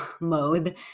mode